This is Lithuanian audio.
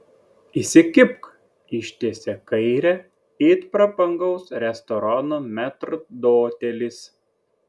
įsikibk ištiesia kairę it prabangaus restorano metrdotelis